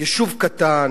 יישוב קטן,